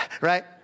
Right